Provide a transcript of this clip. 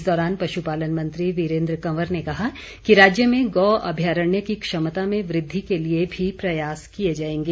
इस दौरान पशुपालन मंत्री वीरेन्द्र कंवर ने कहा कि राज्य में गौ अभ्यारण्य की क्षमता में वृद्धि के लिए भी प्रयास किए जाएंगे